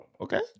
Okay